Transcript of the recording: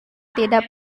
tidak